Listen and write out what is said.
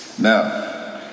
Now